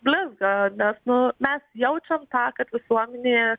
blizga nes nu mes jaučiam tą kad visuomenė